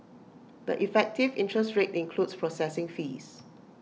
the effective interest rate includes processing fees